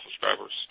subscribers